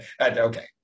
okay